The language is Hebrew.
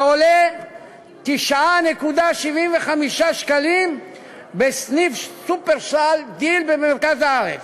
שעולה 9.75 שקלים בסניף "שופרסל דיל" במרכז הארץ,